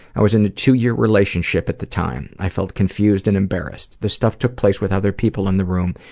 i was in a two-year relationship at the time. i felt confused and embarrassed. this stuff took place with other people in the room,